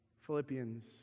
Philippians